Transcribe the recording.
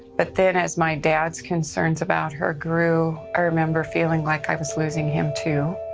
but then as my dad's concerns about her grew, i remember feeling like i was losing him too.